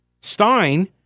Stein